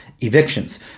evictions